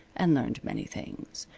and learned many things.